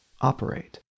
operate